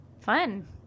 Fun